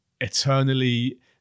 eternally